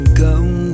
come